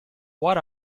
what